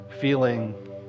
feeling